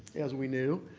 as we knew.